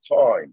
time